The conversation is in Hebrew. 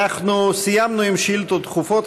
אנחנו סיימנו עם שאילתות דחופות.